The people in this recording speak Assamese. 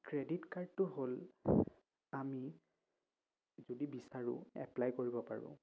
ক্ৰেডিট কাৰ্ডটো হ'ল আমি যদি বিচাৰোঁ এপ্লাই কৰিব পাৰোঁ